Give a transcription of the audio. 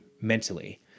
mentally